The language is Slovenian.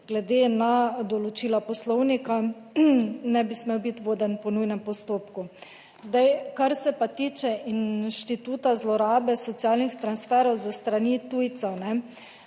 glede na določila Poslovnika ne bi smel biti voden po nujnem postopku. Kar se pa tiče instituta zlorabe socialnih transferov s strani tujcev.